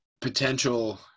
potential